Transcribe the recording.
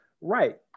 Right